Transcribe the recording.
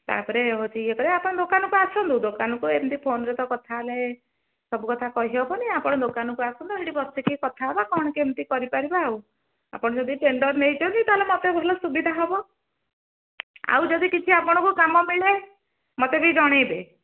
ତାପରେ ହେଉଛି ଇଏ କରିବା ଆପଣ ଦୋକାନକୁ ଆସନ୍ତୁ ଦୋକାନକୁ ଏମିତି ଫୋନ୍ରେ ତ କଥା ହେଲେ ସବୁ କଥା କହିହବନି ଆପଣ ଦୋକାନକୁ ଆସନ୍ତୁ ସେଠି ବସିକି କଥା ହବା କ'ଣ କେମିତି କରିପାରିବା ଆଉ ଆପଣ ଯଦି ଟେଣ୍ଡର ନେଇଛନ୍ତି ତାହେଲେ ମୋତେ ଭଲ ସୁବିଧା ହବ ଆଉ ଯଦି କିଛି ଆପଣଙ୍କୁ କାମ ମିଳେ ମୋତେ ବି ଜଣେଇବେ